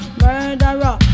murderer